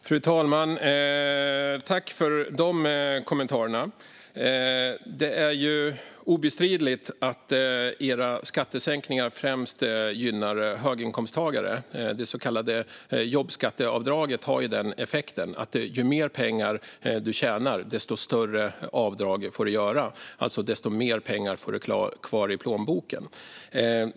Fru talman! Tack för de kommentarerna, Jessica Rosencrantz! Det är obestridligt att era skattesänkningar främst gynnar höginkomsttagare; det så kallade jobbskatteavdraget har ju den effekten att ju mer pengar du tjänar, desto större avdrag får du göra och desto mer pengar får du kvar i plånboken.